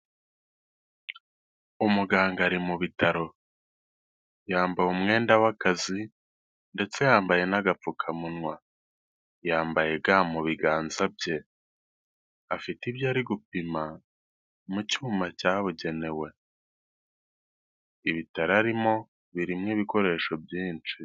Umuganga ari mu bitaro yambaye umwenda w'akazi ndetse yambaye n'agapfukamunwa, yambaye ga mu biganza bye, afite ibyo ari gupima mu cyuma cyabugenewe, ibitaro arimo birimo ibikoresho byinshi.